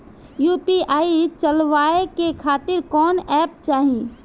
UPI चलवाए के खातिर कौन एप चाहीं?